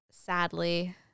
Sadly